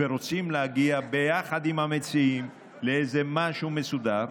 ורוצים להגיע יחד עם המציעים למשהו מסודר.